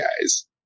guys